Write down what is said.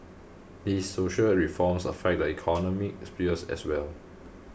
these social reforms affect the economic spheres as well